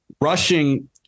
Rushing